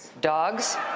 dogs